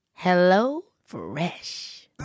HelloFresh